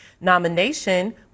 nomination